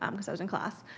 um cause i was in class.